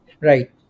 Right